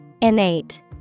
innate